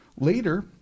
Later